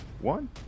One